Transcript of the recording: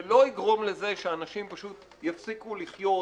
זה לא יגרום לזה שאנשים פשוט יפסיקו לחיות,